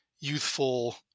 youthful